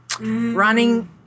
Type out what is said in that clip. running